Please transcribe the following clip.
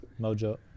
Mojo